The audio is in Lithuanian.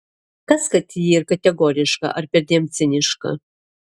kas kad ji ir kategoriška ar perdėm ciniška